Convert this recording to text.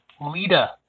Lita